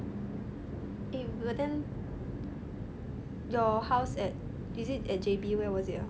eh then your house at is it at J_B where was it ah